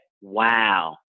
wow